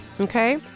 okay